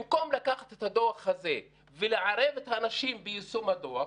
במקום לקחת את הדוח הזה ולערב את האנשים ביישום הדוח,